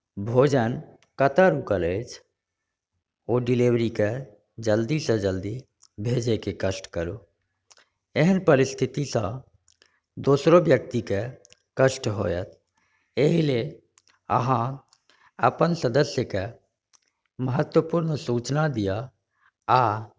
भोजन कतऽ रुकल अछि ओ डिलीवरीके जल्दी सँ जल्दी भेजैके कष्ट करु एहन परिस्थितिसँ दोसरो व्यक्तिके कष्ट होयत एहि लेल अहाँ अपन सदस्यके महत्वपुर्ण सूचना दिअ आ